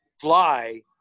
fly